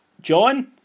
John